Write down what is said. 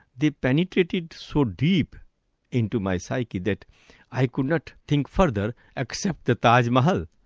they penetrated so deep into my psyche that i could not think further, except the taj mahal.